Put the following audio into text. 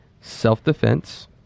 Self-defense